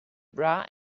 bra